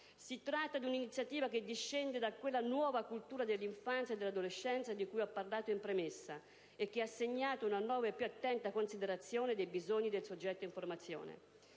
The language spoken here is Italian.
Si tratta di un'iniziativa che discende da quella nuova cultura dell'infanzia e dell'adolescenza di cui ho parlato in premessa e che ha segnato una nuova e più attenta considerazione dei bisogni del soggetto in formazione.